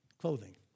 clothing